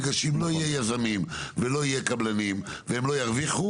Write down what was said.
בגלל שאם לא יזמים וקבלנים לא ירוויחו